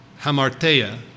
hamartia